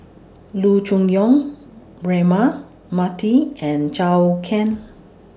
Loo Choon Yong Braema Mathi and Zhou Can